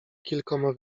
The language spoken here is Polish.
kilkoma